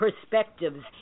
perspectives